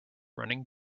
running